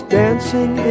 dancing